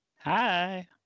Hi